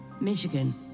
Michigan